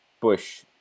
Bush